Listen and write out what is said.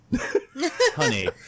Honey